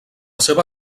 seva